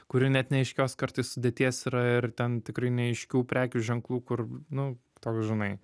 kuri net neaiškios kartais sudėties yra ir ten tikrai neaiškių prekių ženklų kur nu toks žinai